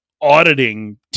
auditing